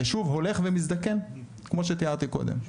היישוב הולך ומזדקן כמו שתיארתי קודם.